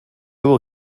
will